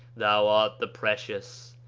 thou art the precious,